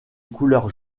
couleur